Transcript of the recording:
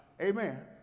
Amen